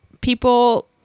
people